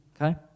okay